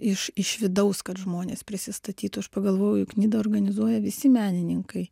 iš iš vidaus kad žmonės prisistatytų aš pagalvojau juk nidą organizuoja visi menininkai